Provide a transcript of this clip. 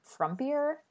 frumpier